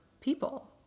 people